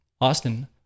Austin